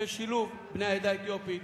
של שילוב בני העדה האתיופית